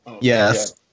Yes